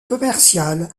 commerciale